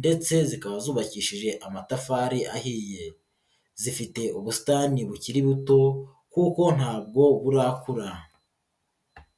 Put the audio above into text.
ndetse zikaba zubakishije amatafari ahiye, zifite ubusitani bukiri buto kuko ntabwo burakura.